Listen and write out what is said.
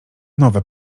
nowe